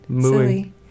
silly